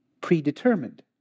predetermined